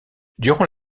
durant